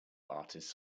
artists